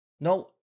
no